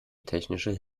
technische